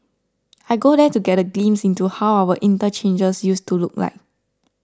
I go there to get a glimpse into how our interchanges used to look like